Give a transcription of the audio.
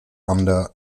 under